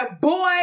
boy